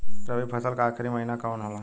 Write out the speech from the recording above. रवि फसल क आखरी महीना कवन होला?